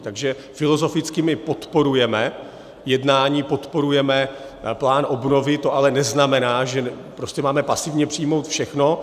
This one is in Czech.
Takže filozoficky my podporujeme jednání, podporujeme plán obnovy, to ale neznamená, že prostě máme pasivně přijmout všechno.